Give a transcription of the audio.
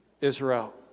Israel